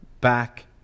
back